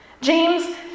James